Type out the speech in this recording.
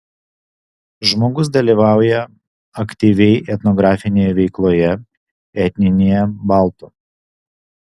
žmogus dalyvauja aktyviai etnografinėje veikloje etninėje baltų